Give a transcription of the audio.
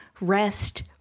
rest